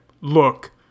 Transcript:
look